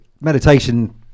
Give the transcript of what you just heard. meditation